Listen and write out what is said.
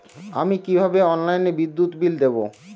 আমি কিভাবে অনলাইনে বিদ্যুৎ বিল দেবো?